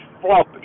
flop